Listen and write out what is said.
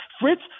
Fritz